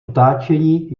otáčení